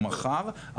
או מחר,